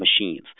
machines